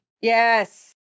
Yes